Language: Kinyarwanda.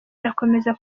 irakomeza